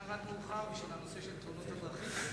אתה נשאר עד מאוחר בשביל נושא תאונות הדרכים?